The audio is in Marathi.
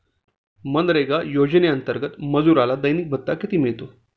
मनरेगा योजनेअंतर्गत मजुराला दैनिक भत्ता किती मिळतो?